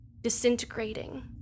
disintegrating